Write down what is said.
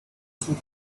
suit